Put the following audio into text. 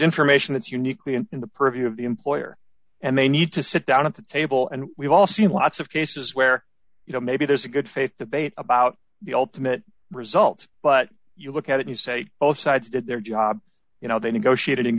information that's uniquely in the purview of the employer and they need to sit down at the table and we've all seen lots of cases where you know maybe there's a good faith the bait about the ultimate result but you look at it you say both sides did their job you know they negotiated